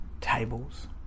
tables